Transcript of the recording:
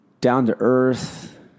down-to-earth